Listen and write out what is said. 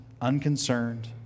unconcerned